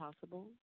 possible